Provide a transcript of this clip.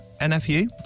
NFU